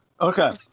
Okay